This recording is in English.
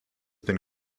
been